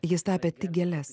jis tapė tik gėles